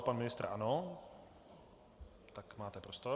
Pan ministr ano, tak máte prostor.